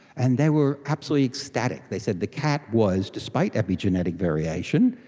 and they were absolutely ecstatic. they said the cat was, despite epigenetic variation,